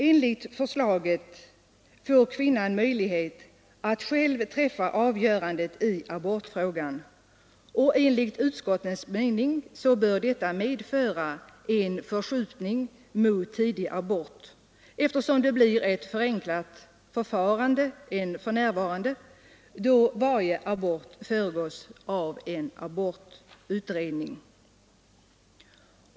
Enligt förslaget till ny lag får kvinnan möjlighet att själv träffa avgörandet i abortfrågan, och enligt utskottets mening bör detta medföra en förskjutning mot tidigabort, eftersom det blir ett enklare förfarande än för närvarande, då varje abort föregås av en abortutredning.